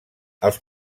els